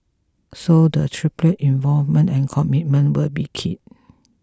so the tripartite involvement and commitment will be key